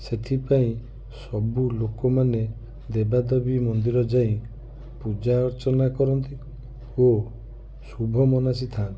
ସେଥିପାଇଁ ସବୁ ଲୋକମାନେ ଦେବାଦେବୀ ମନ୍ଦିର ଯାଇ ପୂଜା ଅର୍ଚ୍ଚନା କରନ୍ତି ଓ ଶୁଭ ମନାସୀ ଥାଆନ୍ତି